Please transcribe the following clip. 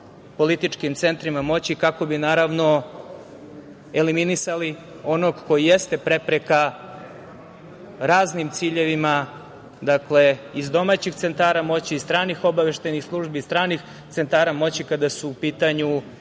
političkim centrima moći kako bi naravno eliminisali onog ko jeste prepreka raznim ciljevima. Dakle, iz domaćih centara moći, iz stranih obaveštajnih službi, iz stranih cenata moći kada su u pitanju